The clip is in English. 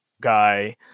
guy